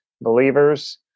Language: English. believers